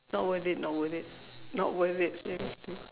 not worth it not worth it not worth it seriously